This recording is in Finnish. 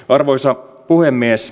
arvoisa puhemies